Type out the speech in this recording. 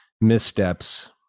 missteps